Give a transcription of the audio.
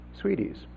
Sweeties